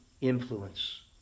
influence